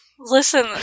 Listen